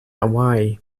hawaii